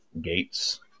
Gates